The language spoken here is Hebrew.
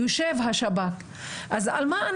למה לא